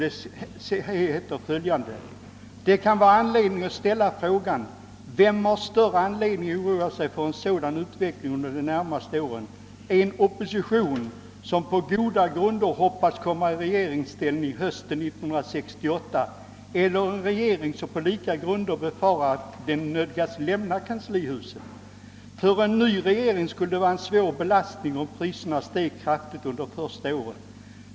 Där sägs följande: »Det kan då vara anledning ställa frågan: vem har större anledning oroa sig för en sådan utveckling under de närmaste åren, en opposition som på goda grunder hoppas komma i regeringsställning hösten 1968 eller en regering som på lika goda grunder befarar att den nödgas lämna kanslihuset? För en ny regering skulle det vara en svår belastning om priserna steg kraftigt under de första åren.